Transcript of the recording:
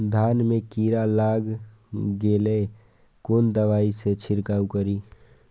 धान में कीरा लाग गेलेय कोन दवाई से छीरकाउ करी?